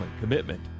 commitment